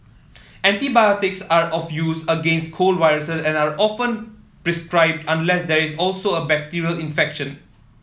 antibiotics are of use against cold viruse and are often prescribed unless there is also a bacterial infection